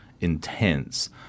intense